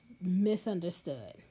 misunderstood